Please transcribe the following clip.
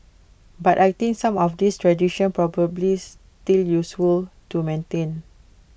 but I think some of these traditions probably still useful to maintain